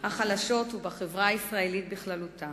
החלשות ובחברה הישראלית בכללותה.